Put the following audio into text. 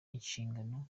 inshingano